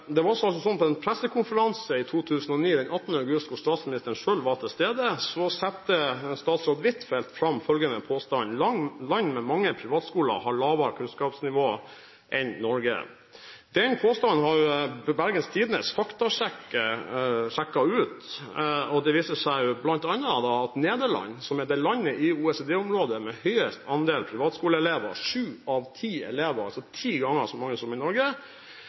det. Tord Lien – til oppfølgingsspørsmål. Statsråd Halvorsen er ikke den eneste som har kommet med unøyaktigheter om privatskoler. Akkurat nå avsluttet statsministeren med nok en unøyaktighet. På en pressekonferanse den 18. august 2009, hvor statsministeren selv var til stede, satte statsråd Huitfeldt fram følgende påstand: «Land med mange privatskoler har lavere kunnskapsnivå enn Norge.» Den påstanden har Bergens Tidende faktasjekket, og det viser seg bl.a. at Nederland, som er det landet i OECD-området med høyest andel privatskoleelever, sju av ti elever – ti ganger